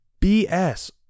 BS